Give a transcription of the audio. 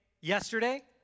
yesterday